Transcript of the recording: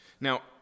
Now